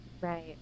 Right